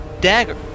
dagger